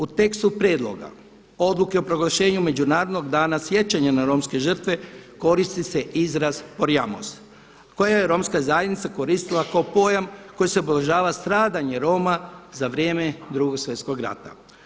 U tekstu prijedloga Odluke o proglašenju Međunarodnog dana sjećanja na Romske žrtve, koristi se izraz „porjamos“ koji je Romska zajednica koristila kao pojam kojim se obilježava stradanje Roma za vrijeme Drugog svjetskog rata.